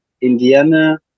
Indiana